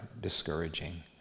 discouraging